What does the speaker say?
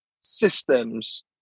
systems